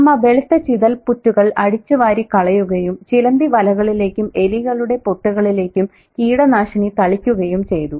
അമ്മ വെളുത്ത ചിതൽപുറ്റുകൾ അടിച്ചുവാരി കളയുകയും ചിലന്തിവലകളിലേക്കും എലികളുടെ പൊത്തുകളിലേക്കും കീടനാശിനി തളിക്കുകയും ചെയ്തു